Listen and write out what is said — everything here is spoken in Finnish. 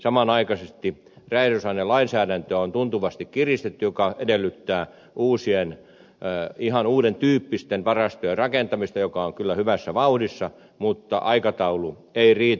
samanaikaisesti räjähdysainelainsäädäntöä on tuntuvasti kiristetty mikä edellyttää ihan uuden tyyppisten varastojen rakentamista joka on kyllä hyvässä vauhdissa mutta aikataulu ei riitä